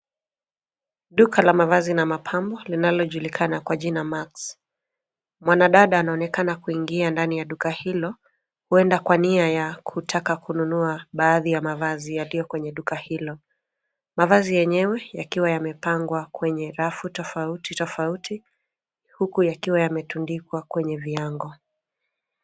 Duka la mavazi na mapambo linalojulikana Kwa jina Max. Mwanadada anaonekana kuingia ndani ya duka hilo, huenda Kwa Nia ya kutaka kununua baadhi ya mavazi yaliyo kwenye duka hilo. Mavazi yenyewe yakiwa yamepangwa kwenye rafu tofauti tofauti huku yakiwa yametundikwa kwenye viango.